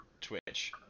Twitch